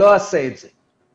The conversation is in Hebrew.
לא אעשה את זה,